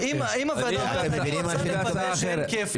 אבל אם הוועדה אומרת אני רוצה לוודא שאין כפל.